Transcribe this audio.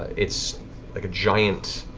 it's like a giant,